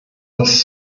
das